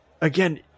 again